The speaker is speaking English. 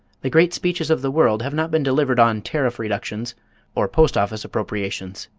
the great speeches of the world have not been delivered on tariff reductions or post-office appropriations.